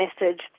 message